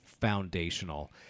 foundational